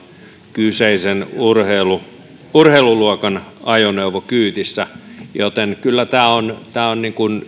kyseisen urheiluluokan urheiluluokan ajoneuvo kyydissä joten kyllä tämä on tämä on